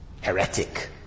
heretic